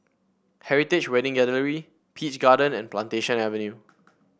Heritage Wedding Gallery Peach Garden and Plantation Avenue